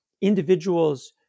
individuals